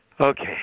Okay